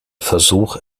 versuch